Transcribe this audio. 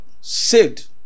saved